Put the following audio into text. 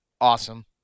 Awesome